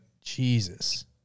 Jesus